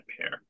pair